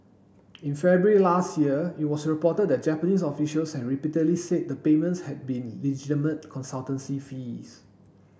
in February last year it was reported that Japanese officials had repeatedly said the payments had been legitimate consultancy fees